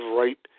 right